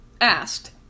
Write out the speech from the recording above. Asked